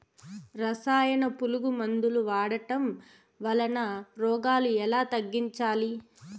రసాయన పులుగు మందులు వాడడం వలన రోగాలు ఎలా తగ్గించాలి?